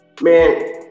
Man